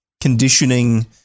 conditioning